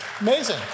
Amazing